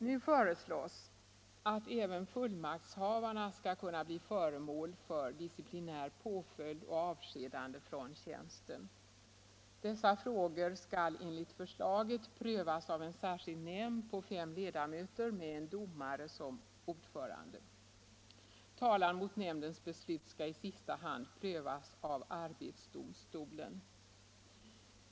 Nu föreslås att även fullmaktshavarna skall kunna bli föremål för disciplinär påföljd och avskedande från tjänsten. Dessa frågor skall enligt förslaget prövas av en särskild nämnd på fem ledamöter med en domare som ordförande. Talan mot nämndens beslut skall i sista hand prövas av arbetsdomstolen.